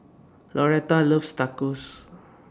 Lauretta loves Tacos